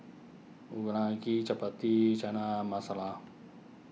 Unagi Chapati Chana Masala